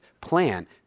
plan